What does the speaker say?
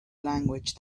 language